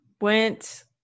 went